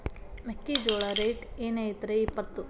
ಮೆಕ್ಕಿಜೋಳ ರೇಟ್ ಏನ್ ಐತ್ರೇ ಇಪ್ಪತ್ತು?